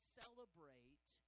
celebrate